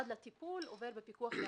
זה